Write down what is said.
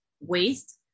waste